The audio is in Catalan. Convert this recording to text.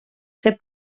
fer